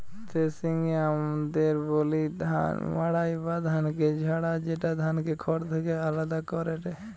থ্রেশিংকে আমদের বলি ধান মাড়াই বা ধানকে ঝাড়া, যেটা ধানকে খড় থেকে আলদা করেটে